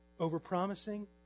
overpromising